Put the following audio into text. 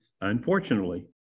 unfortunately